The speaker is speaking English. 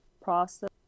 process